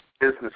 business